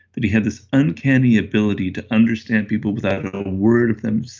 that he had this uncanny ability to understand people without a word of them,